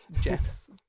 Jeff's